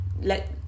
Let